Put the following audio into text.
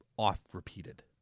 Off-repeated